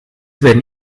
werden